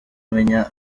umenya